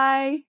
Bye